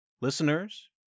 listeners